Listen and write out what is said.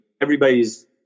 everybody's